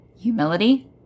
Humility